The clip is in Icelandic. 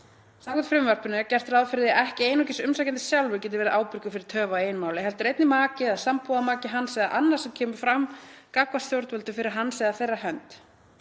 Samkvæmt frumvarpinu er gert ráð fyrir því að ekki einungis umsækjandi sjálfur geti verið ábyrgur fyrir töf á eigin máli heldur einnig maki eða sambúðarmaki hans eða annar sem kemur fram gagnvart stjórnvöldum fyrir hans eða þeirra hönd.